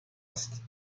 است